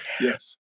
Yes